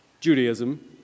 Judaism